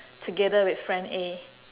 together with friend A